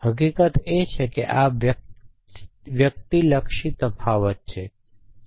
એ હકીકત છે કે આ વ્યક્તિલક્ષી તફાવત છે